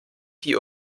die